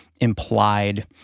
implied